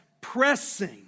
pressing